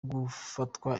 gufatanwa